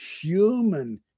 human